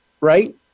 right